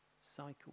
cycle